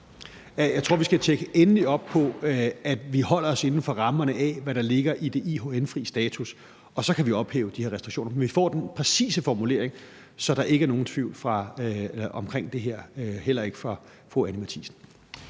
Jeg tror, vi skal tjekke endeligt op på, at vi holder os inden for rammerne af, hvad der ligger i den IHN-fri status, og så kan vi ophæve de her restriktioner. Men vi får den præcise formulering, så der ikke er nogen tvivl omkring det her, heller ikke fra fru Anni Matthiesen.